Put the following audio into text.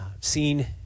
seen